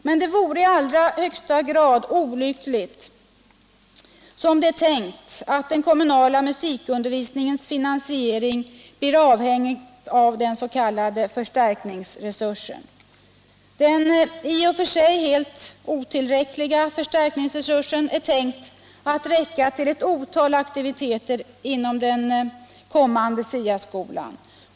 Men det vore i allra högsta grad olyckligt, om — som det är tänkt — den kommunala musikundervisningens finansiering blir avhängig av den s.k. förstärkningsresursen. Den i och för sig helt otillräckliga förstärkningsresursen är avsedd att räcka till ett otal aktiviteter inom den kommande SIA-skolan.